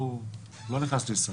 הוא לא נכנס לישראל.